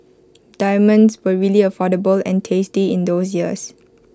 diamonds were really affordable and tasty in those years